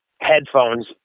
headphones